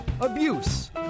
abuse